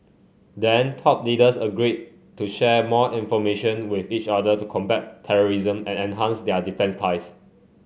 then top leaders agreed to share more information with each other to combat terrorism and enhance their defence ties